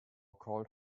called